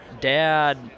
Dad